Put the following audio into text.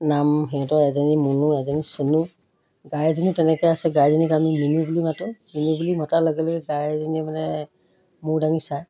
নাম সিহঁতৰ এজনী মুনু এজনী চুনু গাইজনীও তেনেকৈ আছে গাইজনীক আমি মিনু বুলি মাতোঁ মিনু বুলি মতাৰ লগে লগে গাইজনীয়ে মানে মোৰ দাঙি চায়